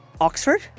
Oxford